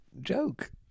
joke